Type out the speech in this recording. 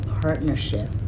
partnership